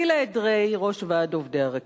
גילה אדרעי, ראש ועד עובדי הרכבת.